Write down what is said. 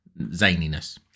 zaniness